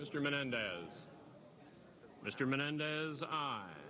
mr menendez mr menendez